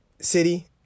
city